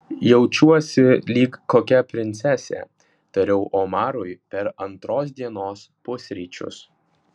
jaučiuosi lyg kokia princesė tariau omarui per antros dienos pusryčius